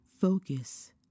focus